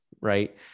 Right